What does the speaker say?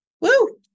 Woo